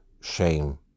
shame